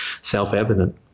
self-evident